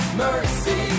mercy